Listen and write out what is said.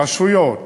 רשויות